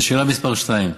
לשאלה מס' 2: